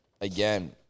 Again